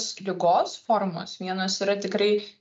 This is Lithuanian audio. ligos formos vienos yra tikrai